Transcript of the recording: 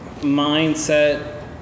mindset